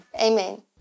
Amen